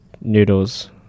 noodles